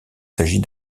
s’agit